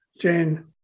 Jane